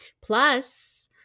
Plus